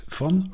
van